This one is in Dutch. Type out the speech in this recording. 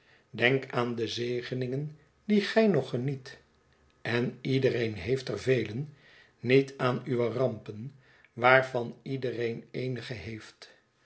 denk aan de zegeningen die gij nog geniet en iedereen heeft er velen niet aan uwe rampen waarvan iedereen eenigen heeft